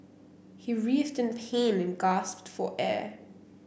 he writhed in pain and gasped for air